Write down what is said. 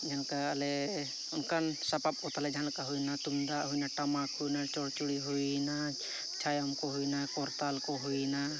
ᱡᱟᱦᱟᱸᱞᱮᱠᱟ ᱟᱞᱮ ᱚᱱᱠᱟᱱ ᱥᱟᱯᱟᱯᱠᱚ ᱛᱟᱞᱮ ᱡᱟᱦᱟᱸᱞᱮᱠᱟ ᱦᱩᱭᱮᱱᱟ ᱛᱩᱢᱫᱟᱜ ᱦᱩᱭᱮᱱᱟ ᱴᱟᱢᱟᱠ ᱦᱩᱭᱮᱱᱟ ᱪᱚᱲᱪᱚᱲᱤ ᱦᱩᱭᱮᱱᱟ ᱪᱷᱟᱭᱚᱝᱠᱚ ᱦᱩᱭᱮᱱᱟ ᱠᱚᱨᱛᱟᱞᱠᱚ ᱦᱩᱭᱮᱱᱟ